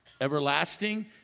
everlasting